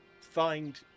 Find